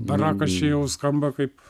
barakas čia jau skamba kaip